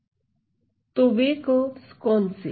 तो वे कर्वेस कौन से हैं